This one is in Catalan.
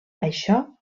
això